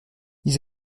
ils